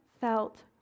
felt